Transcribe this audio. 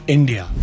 India